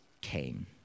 came